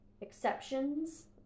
exceptions